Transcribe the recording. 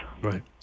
Right